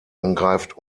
angreift